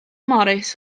morris